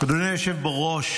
אדוני היושב בראש,